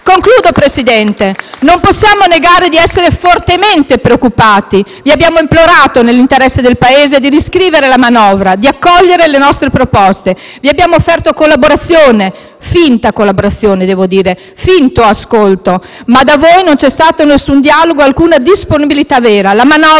Signor Presidente, non possiamo negare di essere fortemente preoccupati. Vi abbiamo implorato, nell'interesse del Paese, di riscrivere la manovra, di accogliere le nostre proposte. Vi abbiamo offerto collaborazione, ma, devo dire, da parte vostra vi è stato un finto ascolto: non c'è stato nessun dialogo, né alcuna disponibilità vera.